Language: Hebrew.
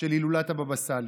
של הילולת הבאבא סאלי.